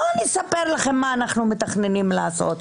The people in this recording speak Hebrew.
בואו נספר לכם מה אנחנו מתכננים לעשות,